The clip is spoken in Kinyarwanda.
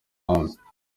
uhamye